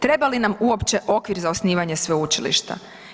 Treba li nam uopće okvir za osnivanje sveučilišta?